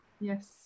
Yes